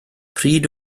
pryd